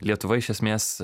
lietuva iš esmės